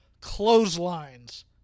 Clotheslines